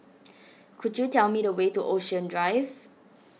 could you tell me the way to Ocean Drive